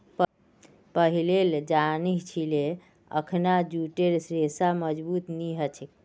पहिलेल जानिह छिले अखना जूटेर रेशा मजबूत नी ह छेक